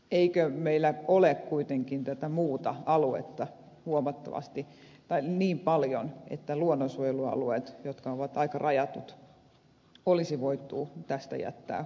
eikö meillä ole kuitenkin tätä muuta aluetta niin paljon että luonnonsuojelualueet jotka ovat aika rajatut olisi voitu jättää ulkopuolelle